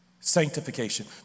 sanctification